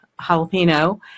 jalapeno